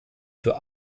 für